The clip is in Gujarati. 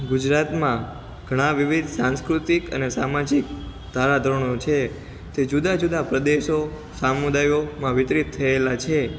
ગુજરાતમાં ઘણા વિવિધ સાંસ્કૃતિક અને સામાજિક ધારા ધોરણો છે તે જુદા જુદા પ્રદેશો સામુદાયોમાં વિતરીત થયેલા છે